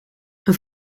een